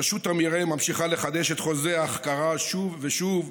רשות המרעה ממשיכה לחדש את חוזה ההחכרה שוב ושוב,